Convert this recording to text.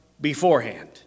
beforehand